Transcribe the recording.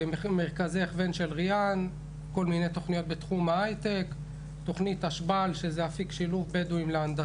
כל הנושא של שיתופי פעולה של חיים משותפים יהודים ובדואים הוא בנפשי,